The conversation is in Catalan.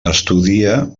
estudia